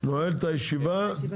ננעלה בשעה